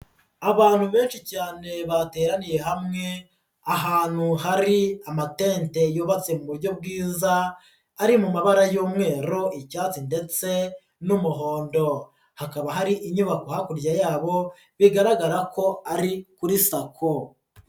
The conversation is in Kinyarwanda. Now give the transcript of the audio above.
Abantu benshi cyane bateraniye hamwe ahantu hari amatente yubatse mu buryo bwiza ari mu mabara y'umweru, icyatsi ndetse n'umuhondo, hakaba hari inyubako hakurya yabo bigaragara ko ari kuri SACCO.